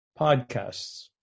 podcasts